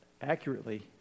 accurately